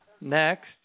Next